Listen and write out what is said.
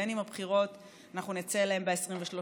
גם אם אנחנו נצא לבחירות ב-23 בדצמבר,